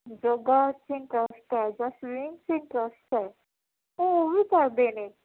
ਯੋਗਾ 'ਚ ਇੰਟਰੱਸਟ ਹੈ ਜਾਂ ਸਵੀਮਿੰਗ 'ਚ ਇੰਟਰੱਸਟ ਹੈ ਤਾਂ ਉਹ ਵੀ ਕਰਦੇ ਨੇ